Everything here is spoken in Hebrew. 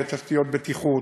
ותשתיות בטיחות,